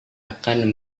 akan